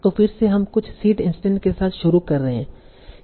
तो फिर से हम कुछ सीड इंस्टैंस के साथ शुरू कर रहे है